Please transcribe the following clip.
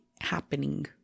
happening